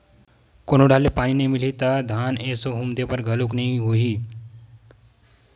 कोनो डहर ले पानी नइ मिलही त धान एसो हुम दे बर घलोक नइ होही